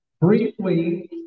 briefly